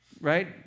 right